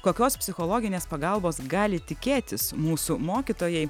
kokios psichologinės pagalbos gali tikėtis mūsų mokytojai